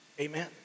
Amen